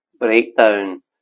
Breakdown